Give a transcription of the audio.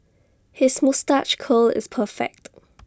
his moustache curl is perfect